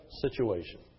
situation